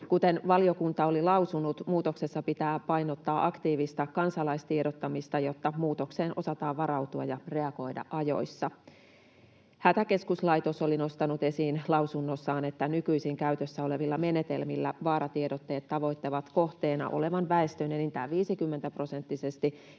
Kuten valiokunta oli lausunut, muutoksessa pitää painottaa aktiivista kansalaistiedottamista, jotta muutokseen osataan varautua ja reagoida ajoissa. Hätäkeskuslaitos oli nostanut esiin lausunnossaan, että nykyisin käytössä olevilla menetelmillä vaaratiedotteet tavoittavat kohteena olevan väestön enintään 50-prosenttisesti ja että